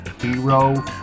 hero